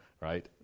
right